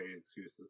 excuses